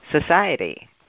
society